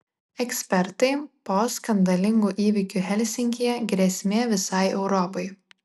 ekspertai po skandalingų įvykių helsinkyje grėsmė visai europai